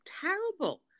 terrible